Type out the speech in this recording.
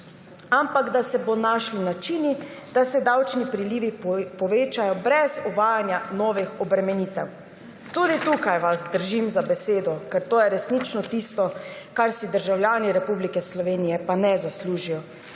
ampak da se bodo našli načini, da se davčni prilivi povečajo brez uvajanja novih obremenitev. Tudi tukaj vas držim za besedo, ker to je resnično tisto, česar pa si državljani Republike Slovenije ne zaslužijo.